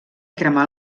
cremar